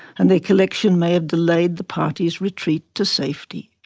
and their collection may have delayed the party's retreat to safety?